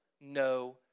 no